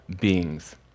beings